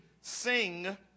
sing